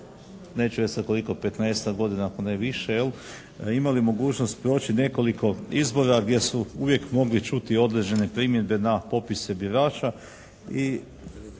ne razumije./ … 15-ak godina ako ne i više imali mogućnost proći nekoliko izbora gdje su uvijek mogli čuti određene primjedbe na popise birača i